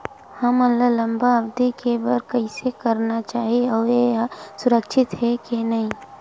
हमन ला लंबा अवधि के बर कइसे करना चाही अउ ये हा सुरक्षित हे के नई हे?